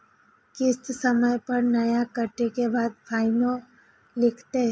किस्त समय पर नय कटै के बाद फाइनो लिखते?